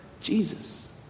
Jesus